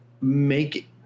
make